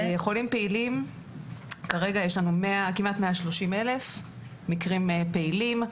כרגע יש לנו כמעט 130,000 מקרים פעילים.